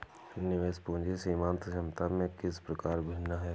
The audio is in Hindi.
निवेश पूंजी सीमांत क्षमता से किस प्रकार भिन्न है?